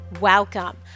welcome